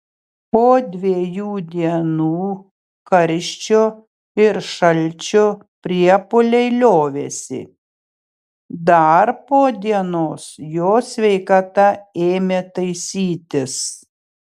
po dviejų dienų karščio ir šalčio priepuoliai liovėsi dar po dienos jo sveikata ėmė taisytis